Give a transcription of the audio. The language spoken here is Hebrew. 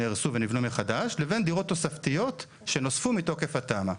נהרסו ונבנו מחדש לבין דירות תוספתיות שנוספו מתוקף התמ"א.